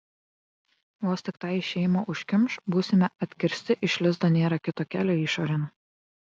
vos tik tą išėjimą užkimš būsime atkirsti iš lizdo nėra kito kelio išorėn